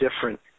different